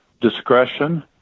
discretion